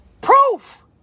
Proof